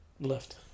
left